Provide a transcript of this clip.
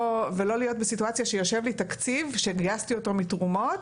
ולא להיות בסיטואציה שיושב לי תקציב שגייסתי אותו מתרומות,